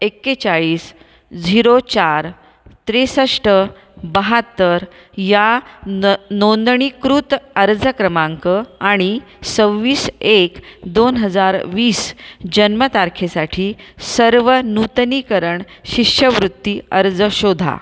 एकेचाळीस झिरो चार त्रेसष्ठ बहात्तर या न नोंदणीकृत अर्ज क्रमांक आणि सव्वीस एक दोन हजार वीस जन्मतारखेसाठी सर्व नूतनीकरण शिष्यवृत्ती अर्ज शोधा